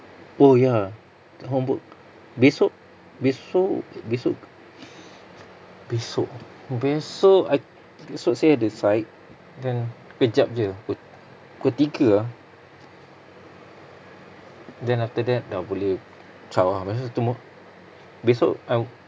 oh ya homework besok besok besok besok besok I besok saya ada site then sekejap jer pukul tiga ah then after that dah boleh insha allah pasal tomor~ besok I w~